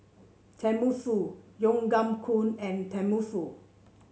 Tenmusu Tom Yam Goong and Tenmusu